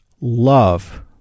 love